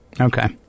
Okay